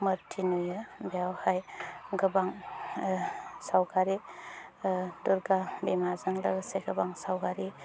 मुर्थि नुयो बेवहाय गोबां सावगारि दुर्गा बिमाजों लोगोसे गोबां सावगारि